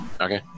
Okay